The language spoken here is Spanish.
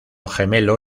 gemelo